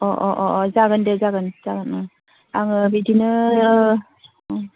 अ अ अ जागोन दे जागोन आङो बिदिनो